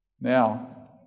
Now